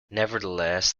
nevertheless